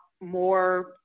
more